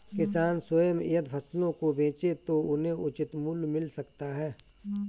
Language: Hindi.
किसान स्वयं यदि फसलों को बेचे तो उन्हें उचित मूल्य मिल सकता है